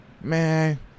man